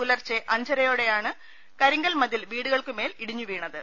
പുലർച്ചെ അഞ്ചരയോടെയാണ് കരിങ്കൽ മതിൽ വീടുകൾക്കു മേൽ ഇടിഞ്ഞുവീണത്